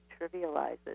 trivializes